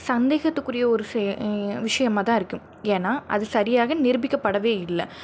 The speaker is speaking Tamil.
சந்தேகத்துக்குரிய ஒரு செய விஷயமாதான் இருக்கும் ஏன்னா அது சரியாக நிரூபிக்கப்படவே இல்லை